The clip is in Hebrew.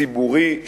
ציבורי,